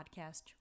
podcast